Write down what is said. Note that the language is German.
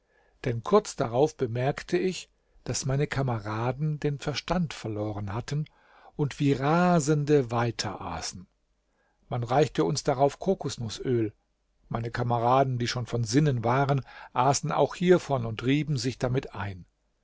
denn kurz darauf bemerkte ich daß meine kameraden den verstand verloren hatten und wie rasende weiter aßen man reichte uns darauf kokosnußöl meine kameraden die schon von sinnen waren aßen auch hiervon und rieben sich damit ein